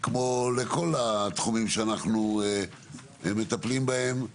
כמו בכל התחומים שאנחנו מטפלים בהם,